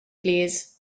plîs